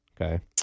Okay